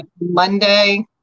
Monday